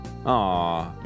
Aw